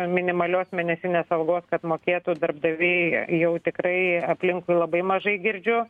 minimalios mėnesinės algos kad mokėtų darbdaviai jau tikrai aplinkui labai mažai girdžiu